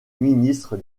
ministre